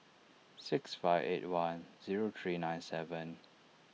six five eight one zero three nine seven